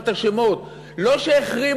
חבר